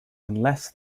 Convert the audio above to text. unless